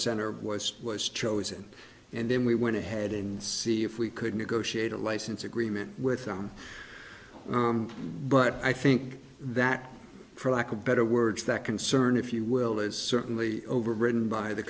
center was was chosen and then we went ahead and see if we could negotiate a license agreement with them but i think that for lack of better words that concern if you will is certainly overridden by the